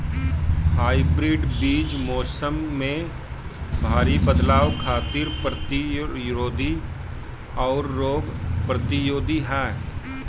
hybrid बीज मौसम में भारी बदलाव खातिर प्रतिरोधी आउर रोग प्रतिरोधी ह